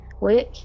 work